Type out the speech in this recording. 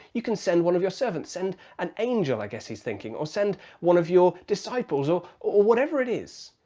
you can send one of your servants send an angel i guess he's thinking or send one of your disciples or whatever it is.